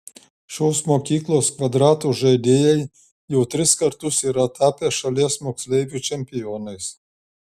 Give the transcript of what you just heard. šios mokyklos kvadrato žaidėjai jau tris kartus yra tapę šalies moksleivių čempionais